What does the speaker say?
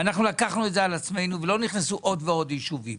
אנחנו לקחנו את זה על עצמנו ולא נכנסו עוד ועוד יישובים.